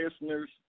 listeners